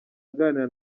aganira